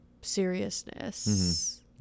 Seriousness